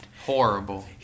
Horrible